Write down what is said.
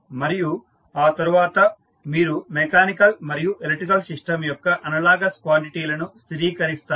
మరియు ఆ తరువాత మీరు మెకానికల్ మరియు ఎలక్ట్రికల్ సిస్టంల యొక్క అనలాగస్ క్వాంటిటీలను స్థిరీకరిస్తారు